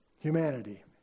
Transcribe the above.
humanity